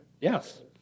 Yes